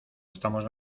estamos